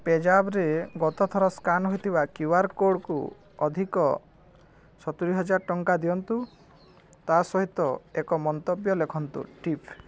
ପେଜାପରେ ଗତଥର ସ୍କାନ୍ ହେଇଥିବା Q R କୋର୍ଡ଼କୁ ଅଧିକ ସତୁରିହଜାରେ ଟଙ୍କା ଦିଅନ୍ତୁ ତା ସହିତ ଏକ ମନ୍ତବ୍ୟ ଲେଖନ୍ତୁ ଟିପ୍